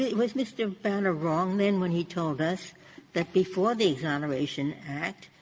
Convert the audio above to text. was mr. banner wrong, then, when he told us that before the exoneration act,